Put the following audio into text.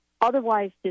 otherwise